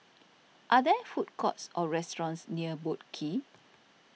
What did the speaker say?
are there food courts or restaurants near Boat Quay